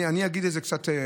אני אולי אגיד את זה קצת אחרת.